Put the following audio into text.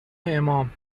امام